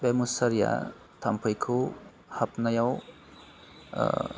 बे मुसारिया थाम्फैखौ हाबनायाव